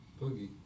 Boogie